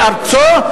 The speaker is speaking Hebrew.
בארצו,